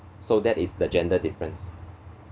so that is the gender difference